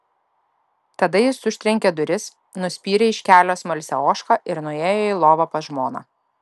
tada jis užtrenkė duris nuspyrė iš kelio smalsią ožką ir nuėjo į lovą pas žmoną